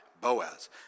Boaz